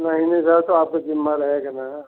नहीं मिलेगा तो आप का ज़िम्मा रहेगा ना